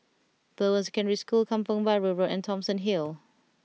Bowen Secondary School Kampong Bahru Road and Thomson Hill